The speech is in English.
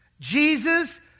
Jesus